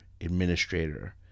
administrator